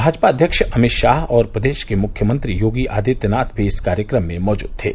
भाजपा अध्यक्ष अमित शाह और प्रदेश के मुख्यमंत्री योगी आदित्यनाथ भी इस कार्यक्रम में मौजूद थे